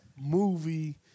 movie